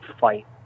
fight